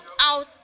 out